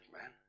man